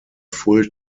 full